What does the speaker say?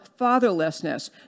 fatherlessness